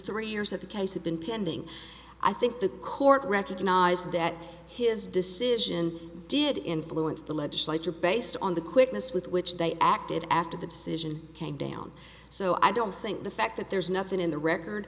three years of the case have been pending i think the court recognized that his decision did influence the legislature based and the quickness with which they acted after the decision came down so i don't think the fact that there's nothing in the record